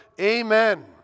Amen